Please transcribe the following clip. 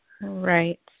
Right